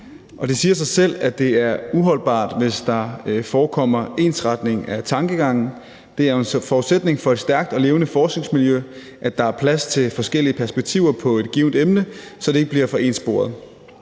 Det siger sig selv, at det er uholdbart, hvis der forekommer ensretning af tankegangen; det er jo en forudsætning for et stærkt og levende forskningsmiljø, at der er plads til forskellige perspektiver på et givent emne, så det ikke bliver for ensporet.